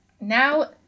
now